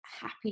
happy